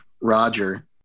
Roger